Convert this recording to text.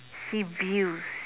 see views